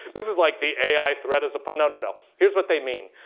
this is like, the ai threat is upon no, no, no. here's what they mean.